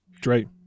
Dre